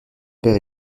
père